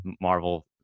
Marvel